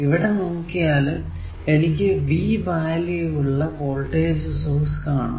ഇവിടെ നോക്കിയാലും എനിക്ക് V വാല്യൂ ഉള്ള വോൾടേജ് സോഴ്സ് കാണാം